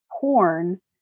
porn